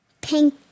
pink